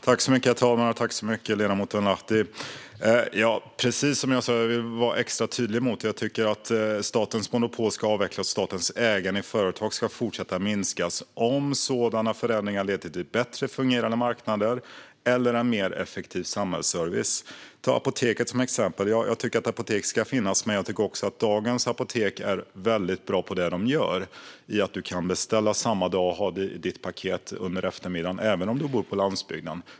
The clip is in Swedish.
Herr talman! Tack så mycket, ledamoten Lahti! Det är precis som jag sa. Jag vill vara extra tydlig mot dig. Jag tycker att statens monopol ska avvecklas och statens ägande i företag ska fortsätta att minska om sådana förändringar leder till bättre fungerande marknader eller en mer effektiv samhällsservice. Ta Apoteket AB som exempel. Jag tycker att Apoteket AB ska finnas. Men jag tycker också att dagens apotek är väldigt bra på det de gör. Du kan beställa samma dag och ha ditt paket under eftermiddagen även om du bor på landsbygden.